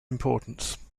importance